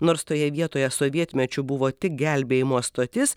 nors toje vietoje sovietmečiu buvo tik gelbėjimo stotis